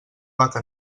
vaca